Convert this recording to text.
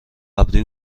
ابری